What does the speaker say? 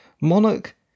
Monarch